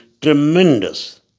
tremendous